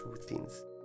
routines